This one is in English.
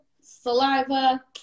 saliva